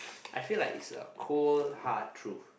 I feel like it's a cold hard truth